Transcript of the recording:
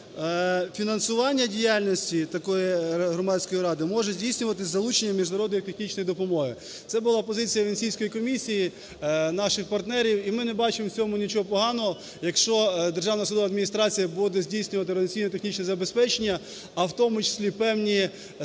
що фінансування діяльності такої Громадської ради може здійснюватися з залученням міжнародної технічної допомоги. Це була позиція Венеційської комісії, наших партнерів, і ми не бачимо в цьому нічого поганого, якщо Державна судова адміністрація буде здійснювати організаційно-технічне забезпечення, а в тому числі певні,